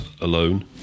alone